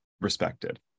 respected